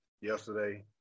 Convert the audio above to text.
yesterday